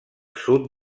sud